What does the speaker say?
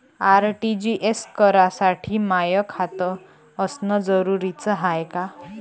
RTGS करासाठी माय खात असनं जरुरीच हाय का?